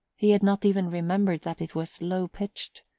he had not even remembered that it was low-pitched,